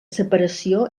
separació